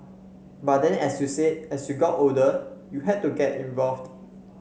but then as you said as you got older you had to get involved